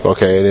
Okay